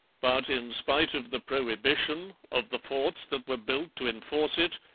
but in spite of the prohibition, of the forts that were built to enforce it,